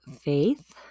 faith